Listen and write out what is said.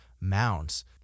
mounds